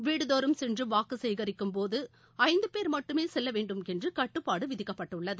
வீடுதோறும் சென்று சுவாக்கு சேகரிக்கும்போது ஐந்தபேர் மட்டுமே செல்ல வேண்டுமென்று கட்டுப்பாடு விதிக்கப்பட்டுள்ளது